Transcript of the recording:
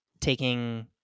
taking